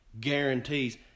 guarantees